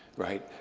right,